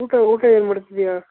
ಊಟ ಊಟ ಏನು ಮಾಡ್ತಿದ್ದೀಯಾ